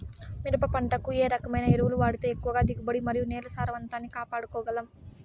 మిరప పంట కు ఏ రకమైన ఎరువులు వాడితే ఎక్కువగా దిగుబడి మరియు నేల సారవంతాన్ని కాపాడుకోవాల్ల గలం?